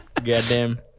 Goddamn